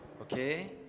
Okay